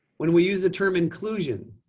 when we use the term inclusion,